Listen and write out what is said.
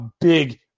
big